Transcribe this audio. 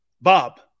Bob